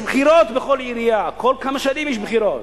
יש בחירות בכל עירייה, כל כמה שנים יש בחירות.